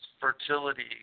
fertility